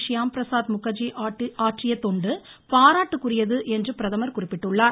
ஷ்யாம் பிரசாத் முகர்ஜி ஆற்றிய தொண்டு பாராட்டிற்குரியது என்று பிரதமர் குறிப்பிட்டுள்ளார்